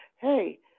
hey